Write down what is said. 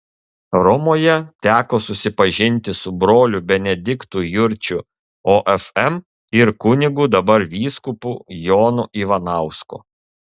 romoje teko susipažinti su broliu benediktu jurčiu ofm ir kunigu dabar vyskupu jonu ivanausku